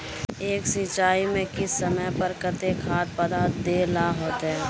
एक सिंचाई में किस समय पर केते खाद पदार्थ दे ला होते?